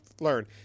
learn